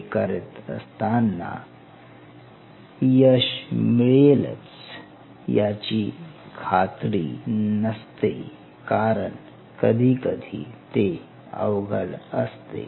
हे करत असताना यश मिळेलच याची खात्री नसते कारण कधी कधी ते अवघड असते